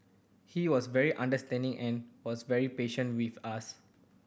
he was very understanding and was very patient with us